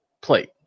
plate